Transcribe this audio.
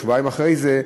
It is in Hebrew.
שבועיים אחרי זה,